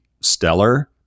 stellar